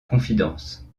confidence